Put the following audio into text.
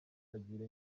kagira